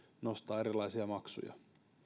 nostaa erilaisia maksuja